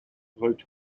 wrote